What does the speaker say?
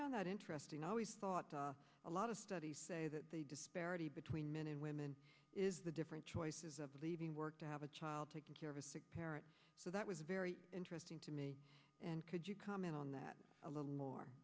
found that interesting i always thought a lot of studies say that the disparity between men and women is the different choices of leaving work to have a child taking care of a sick parent so that was a very interesting to me and could you comment on that a little or